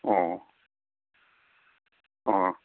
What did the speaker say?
ꯑꯣ ꯑꯣ ꯑꯣ